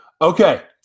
okay